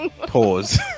Pause